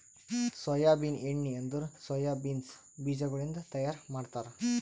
soybean ಎಣ್ಣಿ ಅಂದುರ್ soya beans ಬೀಜಗೊಳಿಂದ್ ತೈಯಾರ್ ಮಾಡ್ತಾರ